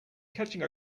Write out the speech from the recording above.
catching